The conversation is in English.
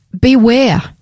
Beware